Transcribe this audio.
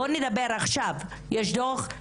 בואי נדבר על המצב עכשיו: יש דוח,